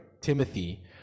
Timothy